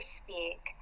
speak